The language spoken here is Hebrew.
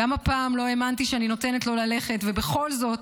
"גם הפעם לא האמנתי שאני נותנת לו ללכת, ובכל זאת,